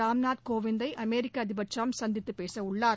ராம்நாத் கோவிந்தை அமெரிக்க அதிபர் ட்ரம்ப் சந்தித்து பேசவுள்ளார்